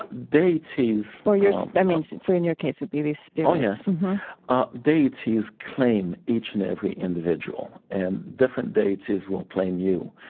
ah deities, or yours, i mean, for in your case, would be the spirits ah oh, claim each and every individual. and different deities will claim you.